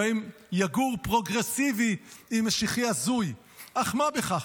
"בהם יגור 'פרוגרסיבי' עם 'משיחי הזוי' אך מה בכך".